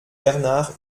bernard